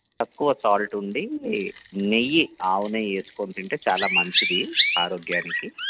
తక్కువ సాల్ట్ ఉండి నెయ్యి ఆవు నెయ్యి వేసుకోని తింటే చాలా మంచిది ఆరోగ్యానికి